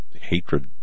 hatred